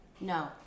No